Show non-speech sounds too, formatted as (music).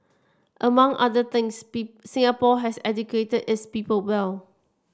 among other things (unintelligible) Singapore has educated its people well